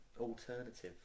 alternative